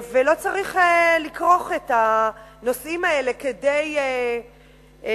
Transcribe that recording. ולא צריך לכרוך את הנושאים האלה כדי להצדיק